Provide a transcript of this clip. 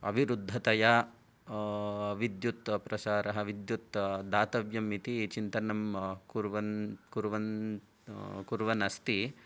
अविरुद्धतया विद्युत् प्रसारः विद्युत् दातव्यम् इति चिन्तनं कुर्वन् कुर्वन् कुर्वन् अस्ति